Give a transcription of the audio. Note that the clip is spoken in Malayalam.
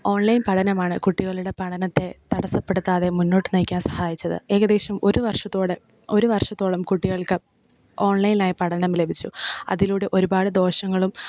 ഓൺലൈൻ പഠനമാണ് കുട്ടികളുടെ പഠനത്തെ തടസ്സപ്പെടുത്താതെ മുന്നോട്ടു നയിക്കാൻ സഹായിച്ചത് ഏകദേശം ഒരു വർഷത്തോട് ഒരു വർഷത്തോളം കുട്ടികൾക്ക് ഓൺലൈനായി പഠനം ലഭിച്ചു അതിലൂടെ ഒരുപാട് ദോഷങ്ങളും